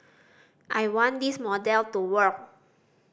I want this model to work